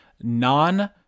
non-